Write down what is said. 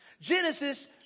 Genesis